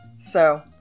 So-